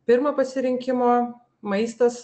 pirmo pasirinkimo maistas